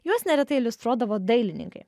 juos neretai iliustruodavo dailininkai